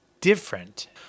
different